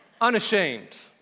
Unashamed